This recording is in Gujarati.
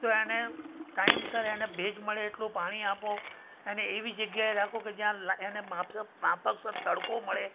તો એને ટાઈમસર એને ભેજ મળે એટલું પાણી આપો એને એવી જગ્યાએ રાખો કે જયાં એને માફકસર તડકો મળે